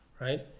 right